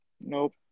Nope